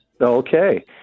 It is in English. Okay